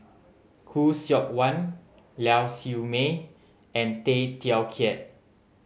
Khoo Seok Wan Lau Siew Mei and Tay Teow Kiat